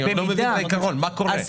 אני עוד לא מבין את העיקרון ומה קורה.